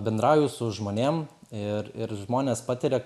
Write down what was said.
bendrauju su žmonėm ir ir žmonės patiria